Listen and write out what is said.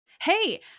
Hey